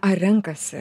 ar renkasi